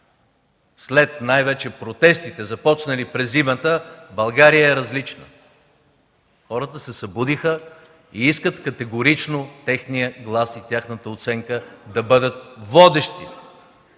след най-вече протестите, започнали през зимата, България е различна. Хората се събудиха и искат категорично техният глас и тяхната оценка да бъдат водещи